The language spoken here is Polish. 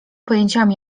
pojęciami